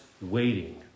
waiting